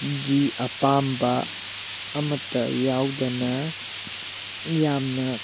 ꯒꯤ ꯑꯄꯥꯝꯕ ꯑꯃꯇ ꯌꯥꯨꯗꯅ ꯌꯥꯝꯅ